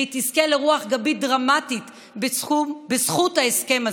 והיא תזכה לרוח גבית דרמטית בזכות ההסכם הזה,